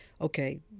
okay